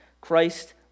Christ